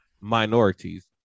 minorities